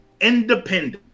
independent